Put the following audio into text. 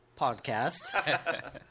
podcast